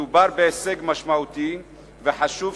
מדובר בהישג משמעותי וחשוב,